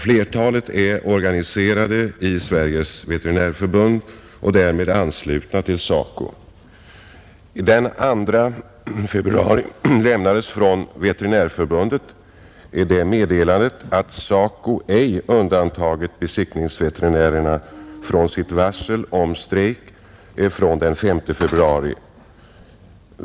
Flertalet är organiserade i Sveriges veterinärförbund och därmed anslutna till SACO. Den 2 februari lämnades från Veterinärförbundet det meddelandet att SACO ej undantagit besiktningsveterinärerna från sitt varsel om strejk från den 5 februari.